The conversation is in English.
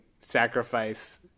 sacrifice